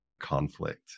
conflict